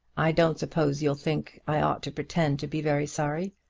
i don't suppose you'll think i ought to pretend to be very sorry.